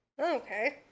Okay